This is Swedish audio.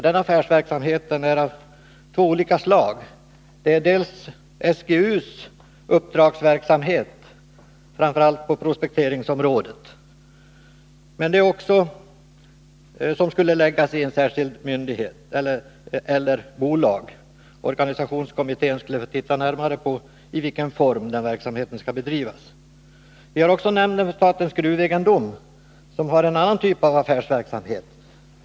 Den affärsverksamheten är av två olika slag. Det är för det första SGU:s uppdragsverksamhet, framför allt på prospekteringsområdet, som skall förläggas till en särskild myndighet eller ett särskilt bolag. Organisationskommittén skall titta närmare på i vilken form denna verksamhet skall bedrivas. Det är för det andra nämnden för statens gruvegendom, som har en annan typ av affärsverksamhet.